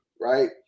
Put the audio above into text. Right